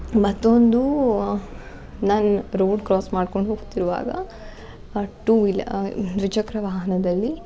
ಮತ್ತೊಂದು ನಾನು road cross ಮಾಡ್ಕೊಂಡು ಹೋಗ್ತಿರುವಾಗ ಆ ಟೂ ವೀಲ್ ದ್ವಿಚಕ್ರ ವಾಹನದಲ್ಲಿ